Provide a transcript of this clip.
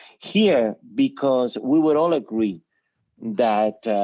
here because we were all agree that,